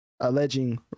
Alleging